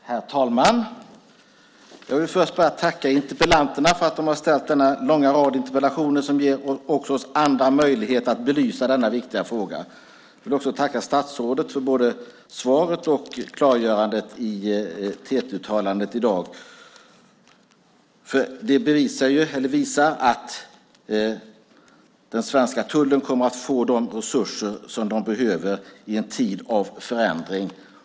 Herr talman! Jag vill först tacka interpellanterna för att de har ställt denna långa rad interpellationer som också ger oss andra möjlighet att belysa denna viktiga fråga. Jag vill också tacka statsrådet för både svaret och klargörandet i TT-uttalandet i dag. Det visar att den svenska tullen kommer att få de resurser som den behöver i en tid av förändring.